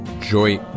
Joy